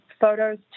photos